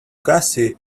gussie